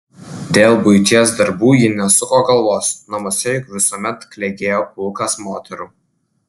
dėl buities darbų ji nesuko galvos namuose juk visuomet klegėjo pulkas moterų